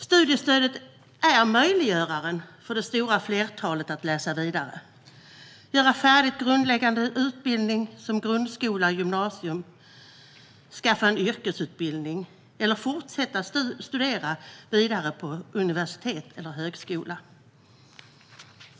Studiestödet är möjliggöraren för det stora flertalet att läsa vidare, göra färdigt grundläggande utbildning - som grundskola och gymnasium - skaffa en yrkesutbildning eller fortsätta att studera vidare vid universitet eller högskola.